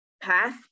path